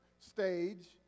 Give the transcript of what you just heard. stage